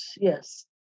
yes